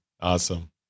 Awesome